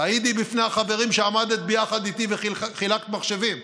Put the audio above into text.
תעידי בפני החברים שעמדת ביחד איתי וחילקת מחשבים.